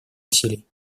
усилий